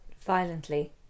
violently